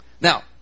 Now